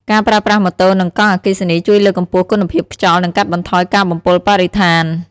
ការប្រើប្រាស់ម៉ូតូនិងកង់អគ្គិសនីជួយលើកកម្ពស់គុណភាពខ្យល់និងកាត់បន្ថយការបំពុលបរិស្ថាន។